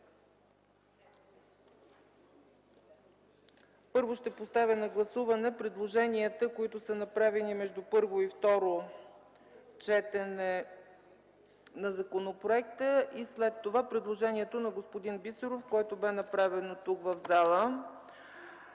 Първо ще поставя на гласуване предложенията, направени между първо и второ четене на законопроекта. След това е предложението на господин Бисеров, което бе направено тук, в залата.